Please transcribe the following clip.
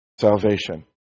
salvation